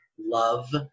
love